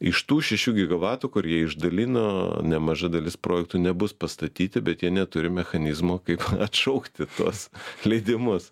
iš tų šešių gigavatų kur jie išdalino nemaža dalis projektų nebus pastatyti bet jie neturi mechanizmo kaip atšaukti tuos leidimus